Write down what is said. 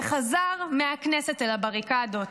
וחזר מהכנסת אל הבריקדות,